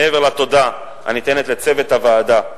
מעבר לתודה הניתנת לצוות הוועדה,